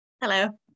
Hello